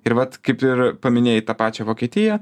ir vat kaip ir paminėjai tą pačią vokietiją